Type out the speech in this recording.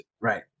right